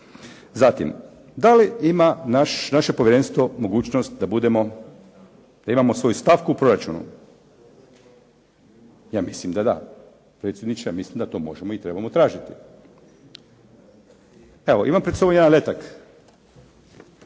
Zatim, da li ima naše povjerenstvo mogućnost da budemo, da imamo svoju stavku u proračunu? Ja mislim da da. Predsjedniče ja mislim da to možemo i trebamo tražiti. Evo imam pred sobom jedan letak,